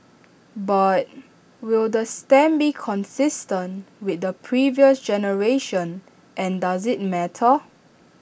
but will the stamp be consistent with the previous generation and does IT matter